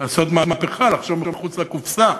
לעשות מהפכה, לחשוב מחוץ לקופסה: